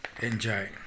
enjoy